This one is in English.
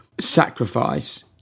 sacrifice